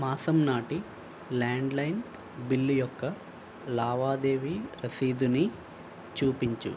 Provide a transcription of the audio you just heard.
మాసం నాటి landline bill యొక్క లావాదేవీ రసీదుని చూపించు